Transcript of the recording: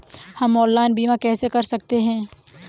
हम ऑनलाइन बीमा कैसे कर सकते हैं?